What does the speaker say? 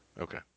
okay